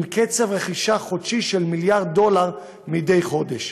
עם קצב רכישה של מיליארד דולר מדי חודש.